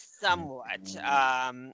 somewhat